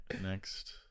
next